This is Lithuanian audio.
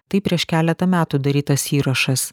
taip prieš keletą metų darytas įrašas